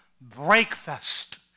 breakfast